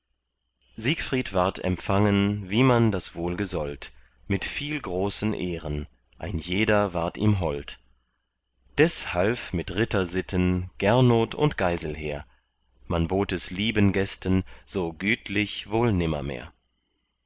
siegfried ward empfangen wie man das wohl gesollt mit viel großen ehren ein jeder ward ihm hold des half mit rittersitten gernot und geiselher man bot es lieben gästen so gütlich wohl